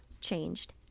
changed